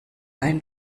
ein